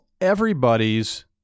everybody's